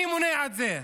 מי מונע את זה?